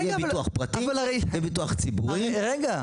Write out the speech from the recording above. יהיה ביטוח פרטי וציבורי,